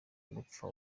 gupfa